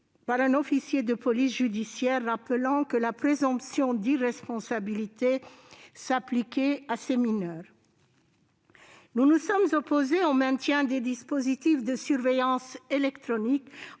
par un officier de police judiciaire, rappelant que la présomption d'irresponsabilité s'appliquait à ces mineurs. Nous nous sommes opposés au maintien des dispositifs de surveillance électronique